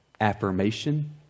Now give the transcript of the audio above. affirmation